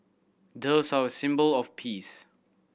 doves are a symbol of peace